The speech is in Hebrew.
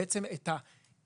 בעצם את הקיבוע,